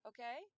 Okay